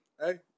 hey